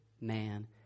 man